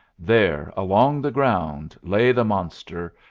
there along the ground lay the monster,